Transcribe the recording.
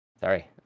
Sorry